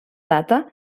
data